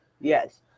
Yes